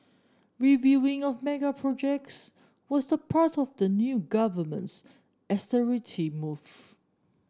reviewing of mega projects was part of the new government's austerity move